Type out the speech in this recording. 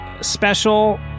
special